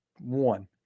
One